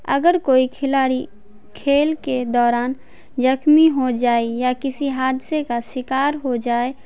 اگر کوئی کھلاڑی کھیل کے دوران زخمی ہو جائے یا کسی حادثے کا شکار ہو جائے